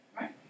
Right